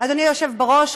אדוני היושב בראש,